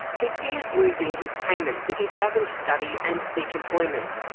he fears losing his payments if he doesn't study and seek employment.